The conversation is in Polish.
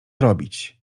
robić